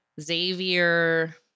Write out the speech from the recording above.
Xavier